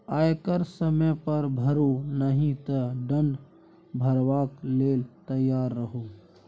आयकर समय पर भरू नहि तँ दण्ड भरबाक लेल तैयार रहु